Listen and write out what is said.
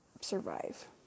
Survive